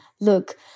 look